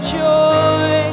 joy